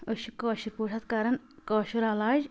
أسۍ چھِ کٲشِرۍ پٲٹھۍ اتھ کران کٲشُر علاج